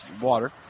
water